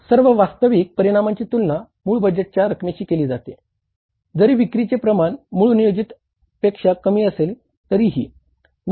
सर्व वास्तविक परिणामांची तुलना मूळ बजेटच्या रकमेशी केली जाते जरी विक्रीचे प्रमाण मूळ नियोजित पेक्षा कमी असले तरीही